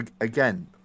again